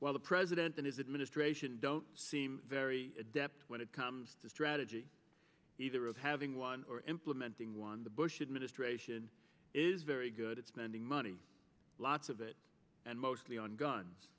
while the president and his administration don't seem very adept when it comes to strategy either of having one or implementing one the bush administration is very good at spending money lots of it and mostly on guns